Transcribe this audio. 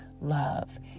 love